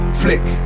flick